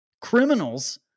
criminals